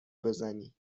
بزنی